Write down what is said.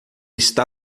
está